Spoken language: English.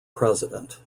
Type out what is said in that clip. president